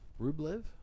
Rublev